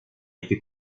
été